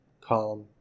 calm